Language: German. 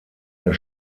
der